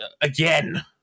again